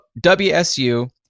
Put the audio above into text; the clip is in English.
WSU